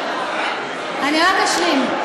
אני רק אשלים.